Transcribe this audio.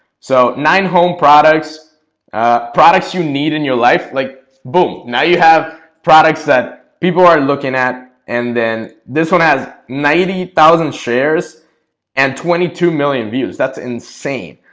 so nine home products products you need in your life, like boom. now you have products that people are looking at and then this one has ninety thousand shares and twenty two million views that's insane.